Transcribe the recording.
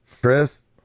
Chris